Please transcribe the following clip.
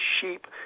sheep